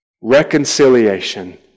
Reconciliation